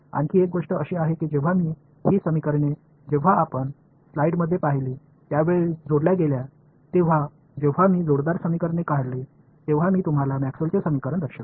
आणखी एक गोष्ट अशी आहे की जेव्हा ही समीकरणे जेव्हा आपण स्लाइडमध्ये पाहिली त्याप्रमाणे जोडल्या गेल्या तेव्हा जेव्हा मी जोडदार समीकरणे काढली तेव्हा मी तुम्हाला मॅक्सवेलचे समीकरण दर्शविले